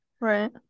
Right